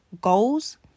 goals